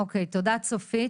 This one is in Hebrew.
אוקיי, תודה צופית.